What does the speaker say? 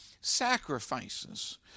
sacrifices